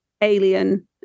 alien